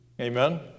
Amen